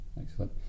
excellent